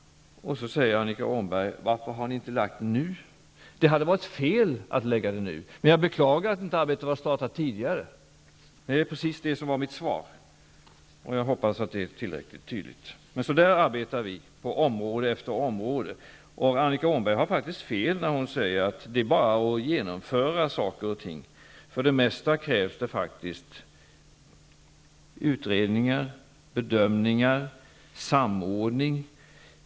Då frågar Annika Åhnberg varför inte några förslag har lagts fram nu. Det hade varit fel att lägga fram förslag nu. Jag beklagar att arbetet inte startades tidigare, och jag hoppas att det här svaret är tillräckligt tydligt. Så arbetar regeringen på område efter område. Annika Åhnberg har faktiskt fel när hon hävdar att det är bara att genomföra saker. För det mesta krävs faktiskt utredningar, bedömningar och samordning.